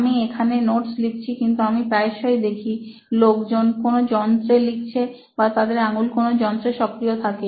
আমি এখানে নোটস লিখছি কিন্তু আমি প্রায়শই দেখি লোকজন কোন যন্ত্রে লিখছে বা তাদের আঙ্গুল কোন যন্ত্রের সক্রিয় থাকে